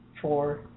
Four